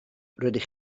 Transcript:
rydych